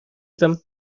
them